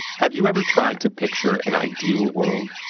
have you ever tried to picture an ideal world?